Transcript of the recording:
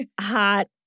hot